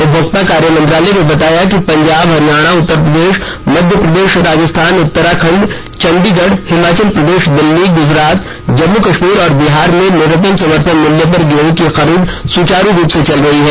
उपभोक्ता कार्य मंत्रालय ने बताया पंजाब हरियाणा उत्तरप्रदेश मध्य प्रदेश राजस्थान उत्तराखंड चंडीगढ़ हिमाचल प्रदेश दिल्ली गुजरात जम्मू कश्मीर और बिहार में न्यूनतम समर्थन मूल्य पर गेहूं की खरीद सुचारू रूप से चल रही है